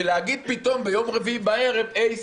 ולהגיד פתאום ביום רביעי בערב היי,